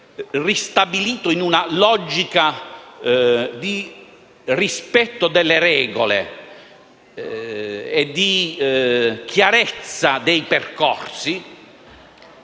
ristabilito in una logica di rispetto delle regole e di chiarezza dei percorsi,